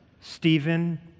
Stephen